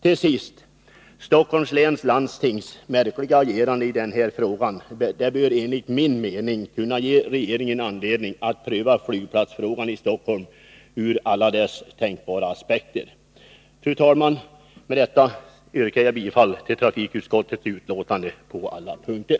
Till sist: Stockholms läns landstings märkliga agerande i denna fråga bör enligt min mening kunna ge regeringen anledning att pröva flygplatsfrågan i Stockholm i alla dess tänkbara aspekter. Fru talman! Med detta yrkar jag bifall till trafikutskottets hemställan på alla punkter.